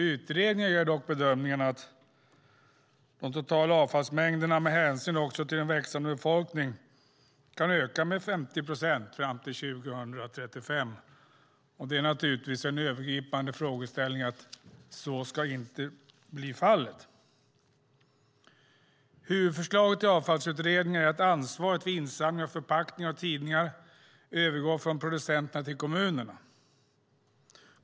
Utredningen gör dock bedömningen att de totala avfallsmängderna med hänsyn till en växande befolkning kan öka med 50 procent fram till 2035. Det är naturligtvis en övergripande frågeställning att så inte ska bli fallet. Avfallsutredningens huvudförslag är att ansvaret för insamling av förpackningar och tidningar övergår från producenterna till kommunerna.